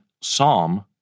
Psalm